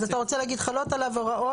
אז אתה רוצה להגיד חלות עליו הוראות